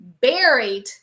buried